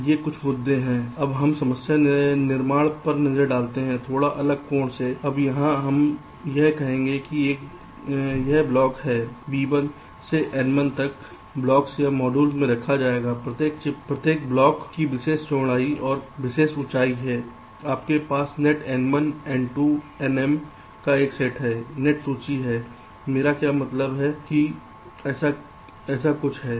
तो ये कुछ मुद्दे हैं अब हम समस्या निर्माण पर नज़र डालते हैं थोड़ा अलग कोण से अब यहाँ हम यह कहेंगे कि यह ब्लॉक B1 से Bn तक ब्लॉक्स या मॉड्यूल को रखा जायेगा प्रत्येक ब्लॉक की विशेष चौड़ाई और विशेष ऊंचाई है आपके पास नेट N1N2 Nm का एक सेट है नेट सूची है मेरा क्या मतलब है कि ऐसा कुछ है